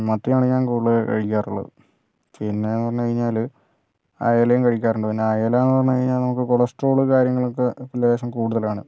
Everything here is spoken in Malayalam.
മത്തിയാണ് ഞാൻ കൂടുതല് കഴിക്കാറുള്ളത് പിന്നേന്ന് പറഞ്ഞ് കഴിഞ്ഞാല് അയലയും കഴിക്കാറുണ്ട് പിന്നെ അയലാന്ന് പറഞ്ഞ് കഴിഞ്ഞാൽ നമുക്ക് കൊളസ്ട്രോള് കാര്യങ്ങളൊക്കെ ലേശം കൂടുതലാണ്